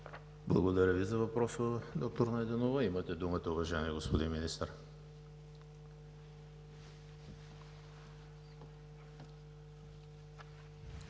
Благодаря Ви за въпроса, доктор Найденова. Имате думата, уважаеми господин Министър.